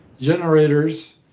generators